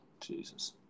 Jesus